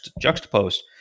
juxtaposed